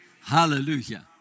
Hallelujah